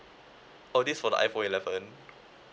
oh this for the iphone eleven